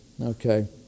Okay